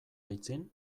aitzin